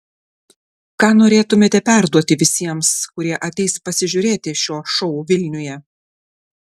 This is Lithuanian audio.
ką norėtumėte perduoti visiems kurie ateis pasižiūrėti šio šou vilniuje